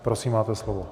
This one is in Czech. Prosím, máte slovo.